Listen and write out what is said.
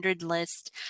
list